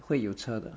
会有车的